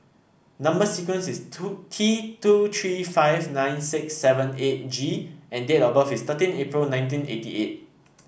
number sequence is T two three five nine six seven eight G and date of birth is thirteen April nineteen eighty eight